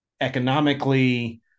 economically